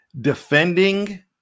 Defending